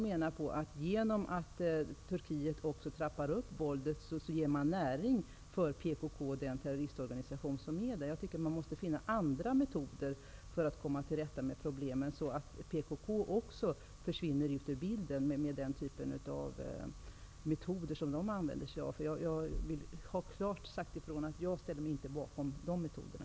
Men genom att Turkiet trappar upp våldet ger man näring för den terroristorganisation som finns. Man måste finna andra metoder för att komma till rätta med problemen, så att PKK också försvinner ur bilden, med de metoder som den organisationen använder sig av. Jag vill klart säga ifrån att jag inte ställer mig bakom de metoderna.